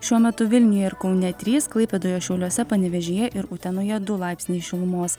šiuo metu vilniuje ir kaune trys klaipėdoje šiauliuose panevėžyje ir utenoje du laipsniai šilumos